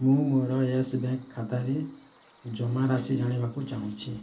ମୋର Yes Bank ଖାତାରେ ଜମାରାଶି ଜାଣିବାକୁ ଚାହୁଁଛି